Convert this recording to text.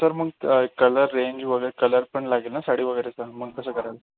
तर मग क कलर रेंज वगैरे कलर पण लागेल ना साडीचा वगैरेचा मग कसं करायचं